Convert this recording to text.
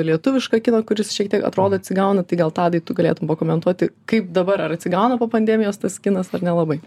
lietuvišką kiną kuris šiek tiek atrodo atsigauna tai gal tadai tu galėtum pakomentuoti kaip dabar ar atsigauna po pandemijos tas kinas ar nelabai